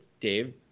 Dave